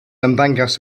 ymddangos